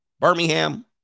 Birmingham